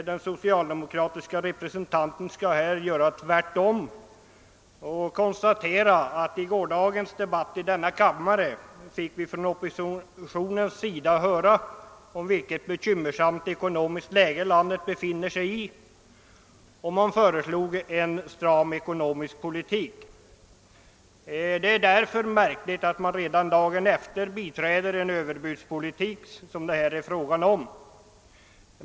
Den socialdemokratiske representanten skall tvärtom konstatera att vi i gårdagens debatt i denna kammare från oppositionen fick höra vilket bekymmersamt ekonomiskt läge landet befinner sig i, och en stram ekonomisk politik förordades. Det är därför märk ligt att oppositionen redan dagen efter biträder den överbudspolitik som det här är fråga om.